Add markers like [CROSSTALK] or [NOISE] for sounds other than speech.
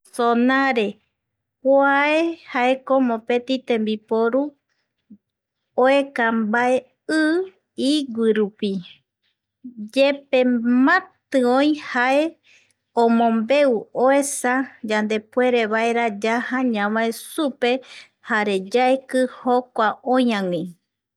Sonare kuae jaeko mopeti tembiporu, oeka [NOISE] mbae i iguirupi [NOISE] [NOISE] yepe máti oï jae omombeu oesa [NOISE] yande puerevaera yaja ñavae supe jare yaiki jokua oï a gui